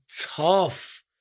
tough